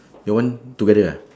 your one together ah